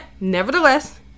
nevertheless